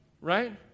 Right